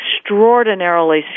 extraordinarily